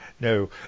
No